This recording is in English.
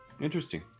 Interesting